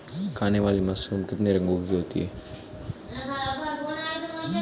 खाने वाली मशरूम कितने रंगों की होती है?